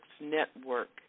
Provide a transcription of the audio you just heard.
Network